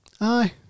Aye